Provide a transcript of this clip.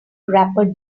wrapper